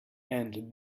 and